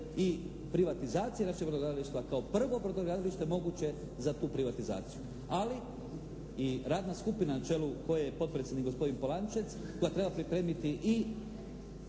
i privatizacije naših brodogradilišta kao prvo brodogradilište moguće za tu privatizaciju. Ali i radna skupina na čelu je potpredsjednik, gospodin Polančec, koje treba pripremiti i